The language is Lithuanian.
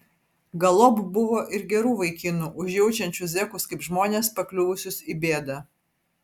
galop buvo ir gerų vaikinų užjaučiančių zekus kaip žmones pakliuvusius į bėdą